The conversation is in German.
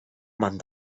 man